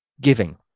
giving